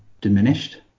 diminished